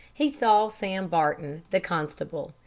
he saw sam barton, the constable,